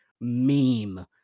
meme